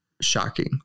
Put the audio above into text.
shocking